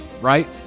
right